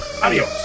Adiós